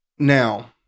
Now